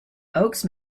oaks